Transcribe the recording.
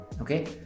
okay